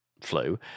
flu